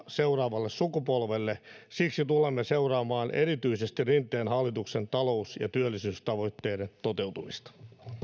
seuraavalle sukupolvelle siksi tulemme seuraamaan erityisesti rinteen hallituksen talous ja työllisyystavoitteiden toteutumista otamme